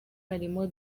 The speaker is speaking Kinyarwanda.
harimo